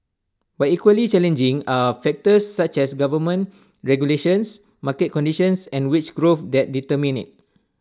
but equally challenging are factors such as government regulations market conditions and wage growth that determine IT